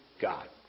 God